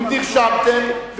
אם נרשמתם,